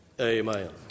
Amen